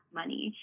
money